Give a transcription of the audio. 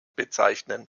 bezeichnen